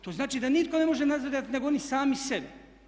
To znači da nitko ne može nadzirati nego oni sami sebe.